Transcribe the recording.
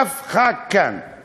אף חבר כנסת כאן,